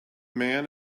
man